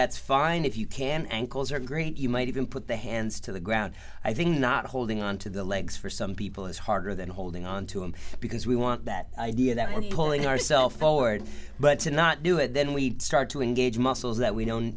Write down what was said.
that's fine if you can ankles are great you might even put the hands to the ground i think not holding on to the legs for some people is harder than holding onto him because we want that idea that we're pulling ourself for it but to not do it then we'd start to engage muscles that we don't